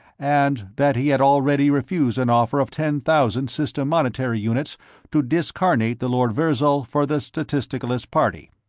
and that he had already refused an offer of ten thousand system monetary units to discarnate the lord virzal for the statisticalist party.